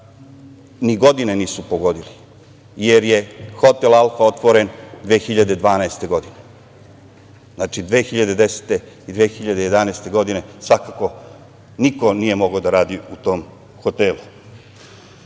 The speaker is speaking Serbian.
ni godine nisu pogodili, jer je hotel „Alfa“ otvoren 2012. godine. Znači, 2010. i 2011. godine, svakako niko nije mogao da radi u tom hotelu. Na